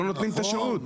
לא נותנים את השירות.